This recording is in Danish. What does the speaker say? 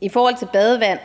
I forhold til badevand